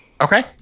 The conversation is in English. Okay